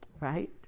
Right